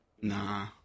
Nah